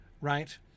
right